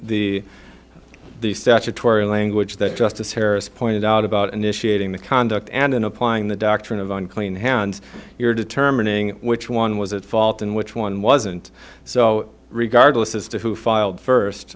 the the statutory language that justice harris pointed out about initiating the conduct and in applying the doctrine of unclean hands you're determining which one was at fault and which one wasn't so regardless as to who filed first